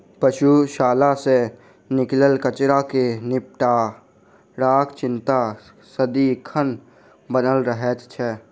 पशुशाला सॅ निकलल कचड़ा के निपटाराक चिंता सदिखन बनल रहैत छै